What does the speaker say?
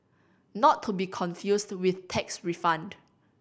not to be confused with tax refund